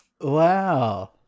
Wow